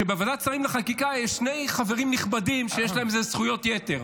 שבוועדת השרים לחקיקה יש שני חברים נכבדים שיש להם זכויות יתר,